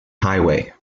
highway